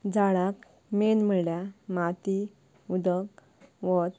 झाडाक मेन म्हणल्यार माती उदक वत